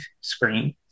screen